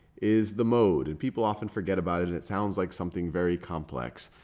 is the mode. and people often forget about it. it it sounds like something very complex.